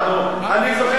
תן לי.